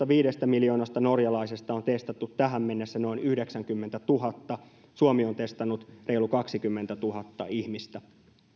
viidestä miljoonasta norjalaisesta on testattu tähän mennessä noin yhdeksänkymmentätuhatta suomi on testannut reilut kaksikymmentätuhatta ihmistä